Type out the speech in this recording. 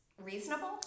reasonable